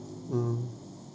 mm